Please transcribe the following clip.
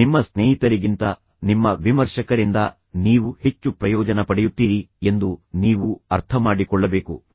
ನಿಮ್ಮ ಸ್ನೇಹಿತರಿಗಿಂತ ನಿಮ್ಮ ವಿಮರ್ಶಕರಿಂದ ನೀವು ಹೆಚ್ಚು ಪ್ರಯೋಜನ ಪಡೆಯುತ್ತೀರಿ ಎಂದು ನೀವು ಅರ್ಥಮಾಡಿಕೊಳ್ಳಬೇಕು